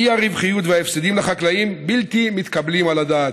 והאי-רווחיות וההפסדים לחקלאים בלתי מתקבלים על הדעת.